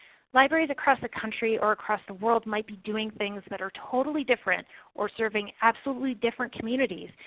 libraries across the country or across the world might be doing things that are totally different or serving absolutely different communities,